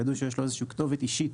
ידעו שיש להם איזה שהיא כתובת אישית